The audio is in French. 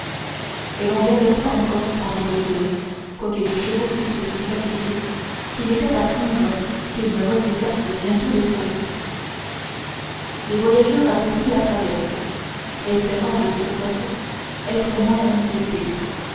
et l'on galopa encore pendant deux heures quoique les chevaux fussent si fatigués qu'il était à craindre qu'ils ne refusassent bientôt le service les voyageurs avaient pris la traverse espérant de cette façon être moins inquiétés